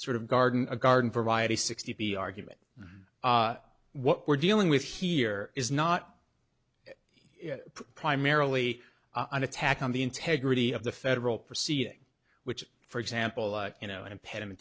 sort of garden a garden variety sixty argument what we're dealing with here is not primarily an attack on the integrity of the federal proceeding which for example you know an impediment